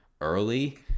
early